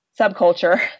subculture